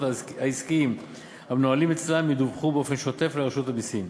העסקיים המנוהלים אצלם ידווחו באופן שוטף לרשות המסים.